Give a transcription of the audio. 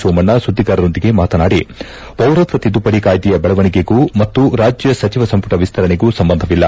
ಸೋಮಣ್ಣ ಸುದ್ದಿಗಾರರೊಂದಿಗೆ ಮಾತನಾಡಿ ಪೌರತ್ವ ತಿದ್ದುಪಡಿ ಕಾಯ್ಗೆಯ ಬೆಳವಣಿಗೆಗಳಗೂ ಮತ್ತು ರಾಜ್ಯ ಸಚಿವ ಸಂಪುಟ ವಿಸ್ತರಣೆಗೂ ಸಂಬಂಧವಿಲ್ಲ